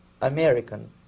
American